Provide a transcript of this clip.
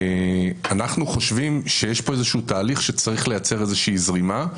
אנחנו חושבים שיש פה תהליך שצריך לייצר איזה זרימה,